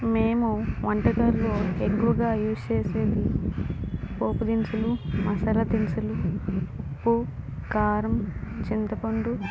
మేము వంటకాలలో ఎక్కువగా యూస్ చేసేది పోపు దినుసులు మసాలా దినుసులు ఉప్పు కారం చింతపండు